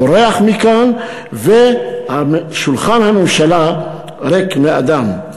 בורח מכאן ושולחן הממשלה ריק מאדם.